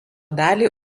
dalį